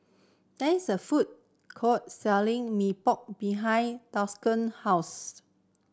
there is a food court selling Mee Pok behind house